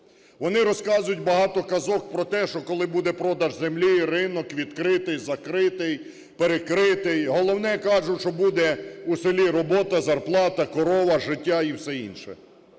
Вони розказують багато казок про те, що, коли буде продаж землі і ринок відкритий, закритий, перекритий, головне, кажуть, що буде в селі робота, зарплата, корова, життя і все інше.